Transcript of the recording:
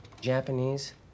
Japanese